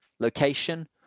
location